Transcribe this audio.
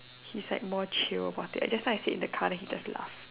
he is like more chill like just now I said it in the car then he just laugh